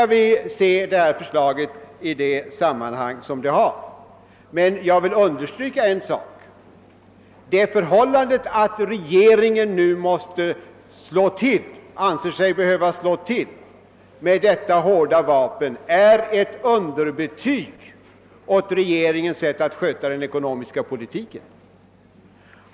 Nu skall det här förslaget ses i nu aktuellt sammanhang, men jag vill understryka en sak: det förhållandet att regeringen nu ansett sig behöva slå till med detta hårda vapen innebär ett underbetyg åt regeringens sätt att sköta den ekonomiska politiken.